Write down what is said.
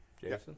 Jason